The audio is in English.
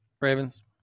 Ravens